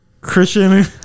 Christian